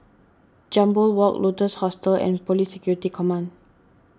Jambol Walk Lotus Hostel and Police Security Command